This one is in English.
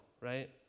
right